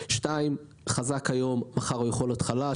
דברי שני, החזק היום יכול להיות חלש מחר.